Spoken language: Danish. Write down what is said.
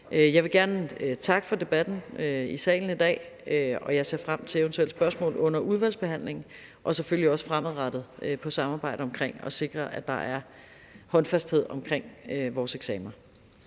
Jeg vil gerne takke for debatten i salen i dag, og jeg ser frem til eventuelle spørgsmål under udvalgsbehandlingen og selvfølgelig også fremadrettet til samarbejdet om at sikre, at der er håndfasthed omkring vores eksamener.